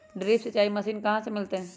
Drip सिंचाई machine कहाँ से मिलतै?